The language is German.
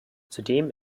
zudem